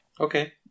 Okay